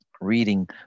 reading